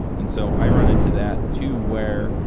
and so, i run into that too where,